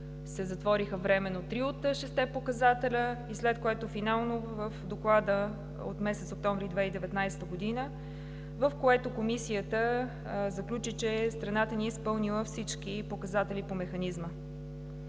се затвориха временно три от шестте показателя, след което и финално в Доклада от месец октомври 2019 г., в който Комисията заключи, че страната ни е изпълнила всички показатели по Механизма.